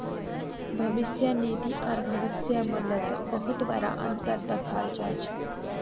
भविष्य निधि आर भविष्य मूल्यत बहुत बडा अनतर दखाल जा छ